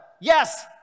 Yes